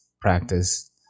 practice